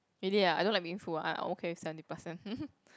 really ah I don't like being full ah I'm okay with seventy percent